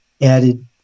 added